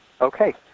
Okay